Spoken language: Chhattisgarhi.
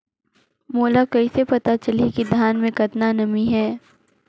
मोला कइसे पता चलही की धान मे कतका नमी हे?